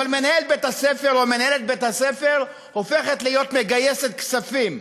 אבל מנהל בית-הספר או מנהלת בית-הספר הופכים להיות מגייסי כספים.